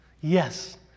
Yes